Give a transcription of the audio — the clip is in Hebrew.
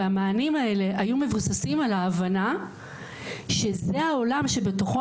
והמענים האלה היו מבוססים על ההבנה שזה העולם שבתוכו